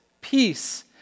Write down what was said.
peace